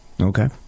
Okay